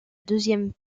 deuxième